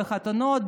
בחתונות,